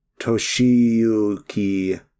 Toshiyuki